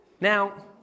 Now